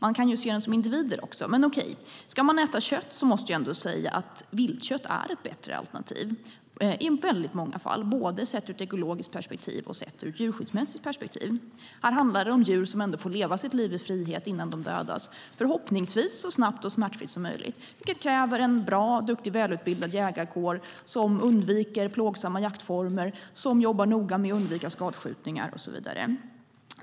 Man kan ju se dem som individer också. Men okej, ska man äta kött måste jag ändå säga att viltkött är ett bättre alternativ i väldigt många fall, både sett ur ett ekologiskt perspektiv och sett ur ett djurskyddsmässigt perspektiv. Här handlar det om djur som ändå får leva sitt liv i frihet innan de dödas, förhoppningsvis så snabbt och smärtfritt som möjligt, vilket kräver en bra, duktig och välutbildad jägarkår som undviker plågsamma jaktformer, som jobbar noga med att undvika skadskjutningar och så vidare.